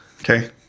Okay